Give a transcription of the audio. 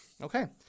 Okay